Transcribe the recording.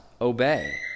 obey